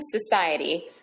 Society